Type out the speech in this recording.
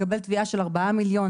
לקבל תביעה של ארבעה מיליון,